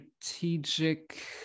strategic